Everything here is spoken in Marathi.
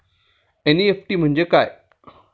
एन.इ.एफ.टी म्हणजे काय?